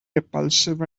repulsive